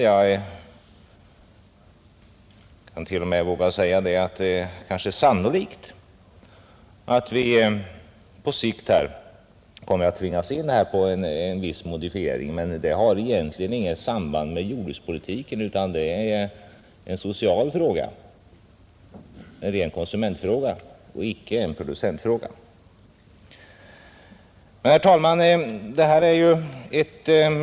Jag kan t.o.m., våga säga att det kanske är sannolikt att vi på sikt kommer att tvingas till en viss modifiering. Men det har egentligen inget samband med jordbrukspolitiken, utan det är en social fråga — en ren konsumentfråga och icke en producentfråga. Herr talman!